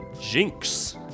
Jinx